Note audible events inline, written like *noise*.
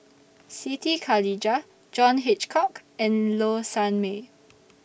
*noise* Siti Khalijah John Hitchcock and Low Sanmay